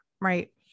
right